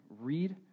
read